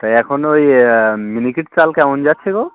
তা এখন ওই মিনিকেট চাল কেমন যাচ্ছে গো